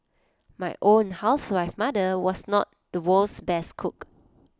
my own housewife mother was not the world's best cook